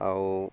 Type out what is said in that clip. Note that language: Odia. ଆଉ